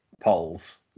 polls